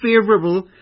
favorable